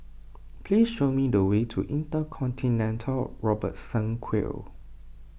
please show me the way to Intercontinental Robertson Quay